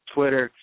Twitter